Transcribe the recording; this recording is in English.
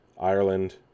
Ireland